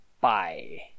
Bye